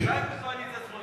רק בקואליציה שמאלנית.